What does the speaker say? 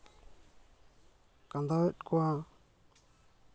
ᱠᱟᱸᱫᱟᱣᱮᱫ ᱠᱚᱣᱟ